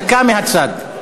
דקה מהצד.